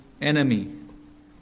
enemy